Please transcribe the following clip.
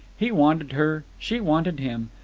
he wanted her she wanted him.